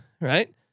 Right